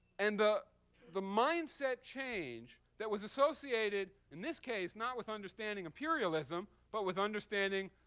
and the mindset change that was associated in this case not with understanding imperialism, but with understanding